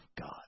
God